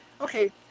Okay